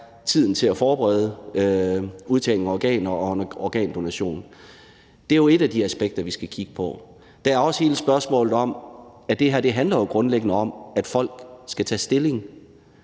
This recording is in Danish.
tid til at forberede udtagning af organer og organdonation. Det er jo et af de aspekter, vi skal kigge på. Der er også hele spørgsmålet om, at det her grundlæggende handler om, at folk skal tage stilling,